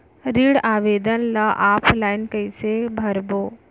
ऋण आवेदन ल ऑफलाइन कइसे भरबो?